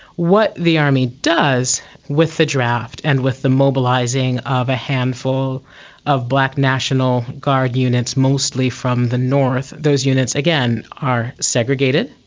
what the army does with the draft and with the mobilising of a handful of black national guard units mostly from the north, those units, again, are segregated,